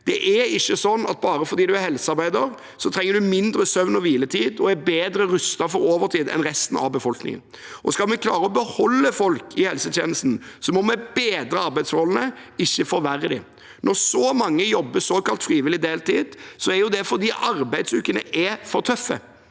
Det er ikke slik at bare fordi man er helsearbeider, trenger man mindre søvn og hviletid og er bedre rustet for overtid enn resten av befolkningen. Skal vi klare å beholde folk i helsetjenesten, må vi bedre arbeidsforholdene, ikke forverre dem. Når så mange jobber såkalt frivillig deltid, er jo det fordi arbeidsukene er for tøffe,